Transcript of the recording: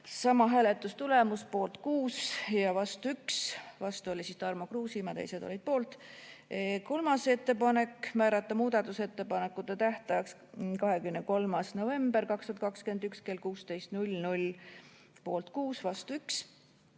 Sama hääletustulemus: poolt 6 ja vastu 1, vastu oli Tarmo Kruusimäe ja teised olid poolt. Kolmas ettepanek: määrata muudatusettepanekute esitamise tähtajaks 23. november 2021 kell 16: poolt 6, vastu 1.